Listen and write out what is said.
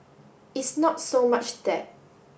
it's not so much that